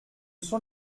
sont